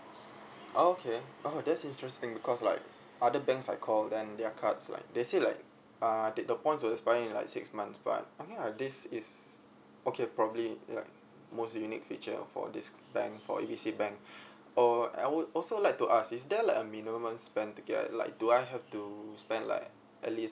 oh okay oh that's interesting because like other banks I call then their cards like they say like uh the the points will expire in like six months but ya this is okay probably like most unique feature for this bank for A B C bank or I would also like to ask is there like a minimum spend to get like do I have to spend like at least